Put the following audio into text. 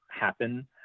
happen